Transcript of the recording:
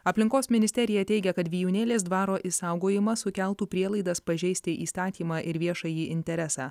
aplinkos ministerija teigia kad vijūnėlės dvaro išsaugojimas sukeltų prielaidas pažeisti įstatymą ir viešąjį interesą